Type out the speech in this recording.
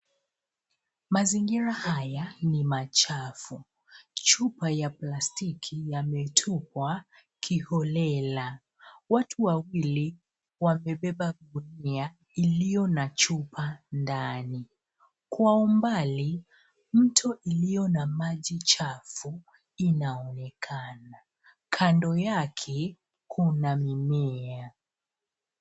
Mazingira haya ni machafu. Chupa ya plastiki yametupwa kiholela. Watu wawili wamebeba gunia iliyo na chupa ndani. Kwa umbali, mto iliyo na maji chafu inaonekana. Kando yake kuna mimea.